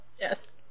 Yes